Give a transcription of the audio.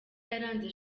yaranze